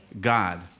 God